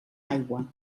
aigua